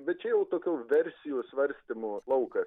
bet čia jau tokių versijų svarstymų laukas